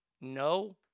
No